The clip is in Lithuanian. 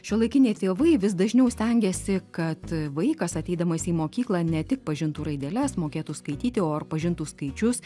šiuolaikiniai tėvai vis dažniau stengiasi kad vaikas ateidamas į mokyklą ne tik pažintų raideles mokėtų skaityti o ir pažintų skaičius